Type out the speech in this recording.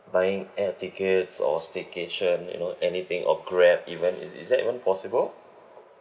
buying air tickets or staycation you know anything or grab even is is that even possible